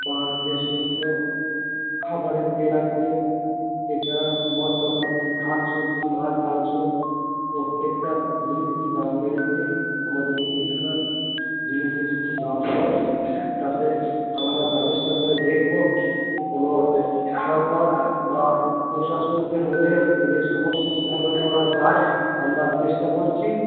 বা যে সমস্ত খাবারের তেল আছে এছাড়া মশলাপাতি শাকসবজি মাছমাংস প্রত্যেকটা জিনিসেরই দাম বেড়েছে আমাদের মুদিখানা জিনিসের শুধু দাম নয় তাতে আমরা ব্যবস্থা করে দেখব কোনো সরকার বা প্রশাসনকে বলে যদি সমস্যার সমাধান করা যায় আমরা চেষ্টা করছি